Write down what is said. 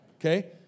Okay